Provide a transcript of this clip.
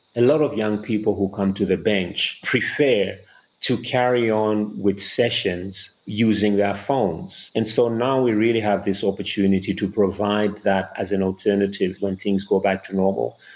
a lot of young people who come to the bench prefer to carry on with sessions using their phones, and so now we really have this opportunity to provide that as an alternative when things go back to normal.